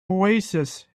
oasis